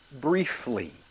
briefly